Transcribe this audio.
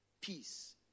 Peace